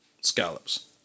scallops